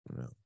No